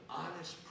honest